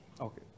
Okay